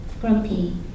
grumpy